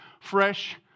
fresh